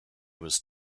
was